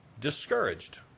discouraged